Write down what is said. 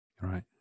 right